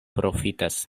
profitas